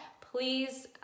please